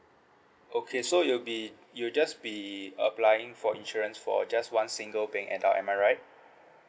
okay so you'll be you'll just be applying for insurance for just one single paying adult am I right